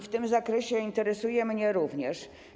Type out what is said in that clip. W tym zakresie interesuje mnie również.